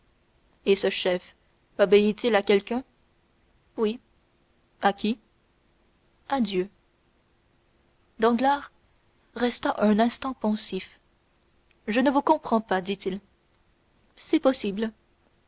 et ce chef obéit il à quelqu'un oui à qui à dieu danglars resta un instant pensif je ne vous comprends pas dit-il c'est possible